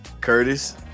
Curtis